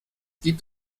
gibt